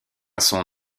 son